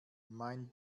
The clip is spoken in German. mein